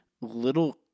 little